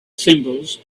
symbols